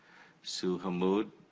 sue hammoud,